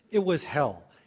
it was hell.